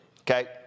okay